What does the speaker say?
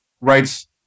writes